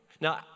Now